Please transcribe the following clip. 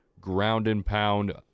ground-and-pound